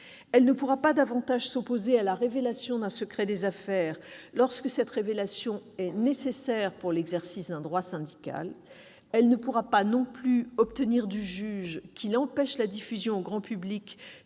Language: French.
Elle ne pourra pas davantage s'opposer à la révélation d'un secret des affaires lorsque cette révélation est nécessaire pour l'exercice d'un droit syndical. Elle ne pourra pas non plus obtenir du juge qu'il empêche la diffusion au grand public